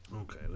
Okay